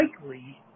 likely